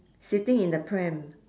sitting in the pram